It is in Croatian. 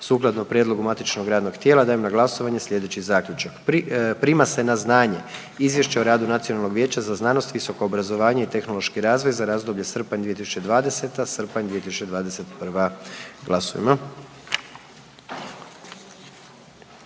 Sukladno prijedlogu matičnog radnog tijela dajem na glasovanje slijedeći zaključak: Prima se na znanje Izvješće o radu Nacionalnog vijeća za visoko obrazovanje, znanost i tehnološki razvoj za razdoblje srpanj 2021., ožujak 2023.g., molim